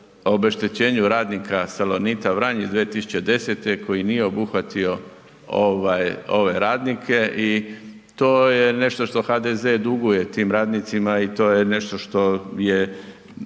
obeštećenju radnika Salonita Vranjic 2010. koji nije obuhvatio ove radnike i to je nešto što HDZ duguje tim radnicima i to je nešto što je